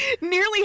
Nearly